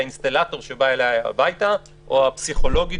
האינסטלטור שבא אליי הביתה או הפסיכולוגית